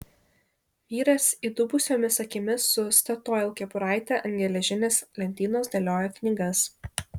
vyras įdubusiomis akimis su statoil kepuraite ant geležinės lentynos dėliojo knygas